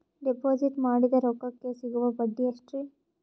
Deposit ಮಾಡಿದ ರೊಕ್ಕಕೆ ಸಿಗುವ ಬಡ್ಡಿ ಎಷ್ಟ್ರೀ?